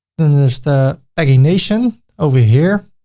then then there's the pagination over here.